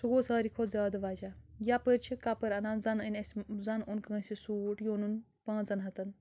سُہ گوٚو ساروٕے کھۄتہٕ زیادٕ وَجہ یپٲرۍ چھِ کَپر آنان زن أنۍ اَسہِ زن اوٚن کٲنٛسہِ سوٗٹھ یہِ اونُن پانٛژن ہَتن